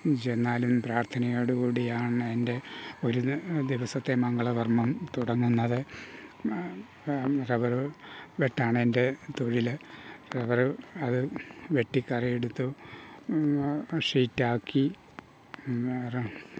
ചെന്നാലും പ്രാർത്ഥനയോട് കൂടിയാണെൻ്റെ ഒരു ദിവസത്തെ മംഗളകർമ്മം തുടങ്ങുന്നത് റബ്ബർ വെട്ടാണെൻ്റെ തൊഴിൽ റബ്ബർ അത് വെട്ടി കറ എടുത്ത് ഷീറ്റ് ആക്കി വേറെ